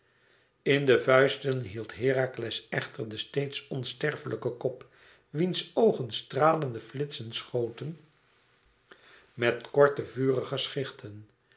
in de vuisten hield herakles echter den steeds onsterflijken kop wiens oogen stralende flitsen schoten met korte vurige schichten